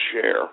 share